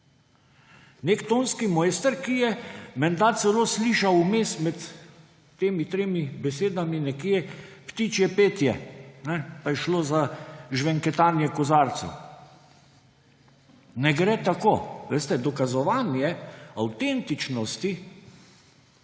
Nek tonski mojster, ki je menda celo slišal nekje vmes med temi tremi besedami ptičje petje; pa je šlo za žvenketanje kozarcev. Ne gre tako. Veste, dokazovanje avtentičnosti